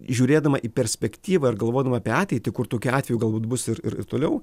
žiūrėdama į perspektyvą ar galvodama apie ateitį kur tokiu atveju galbūt bus ir ir ir toliau